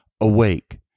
Awake